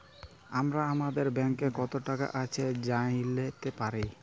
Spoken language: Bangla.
আমরা আমাদের ব্যাংকে কত টাকা আছে জাইলতে পারি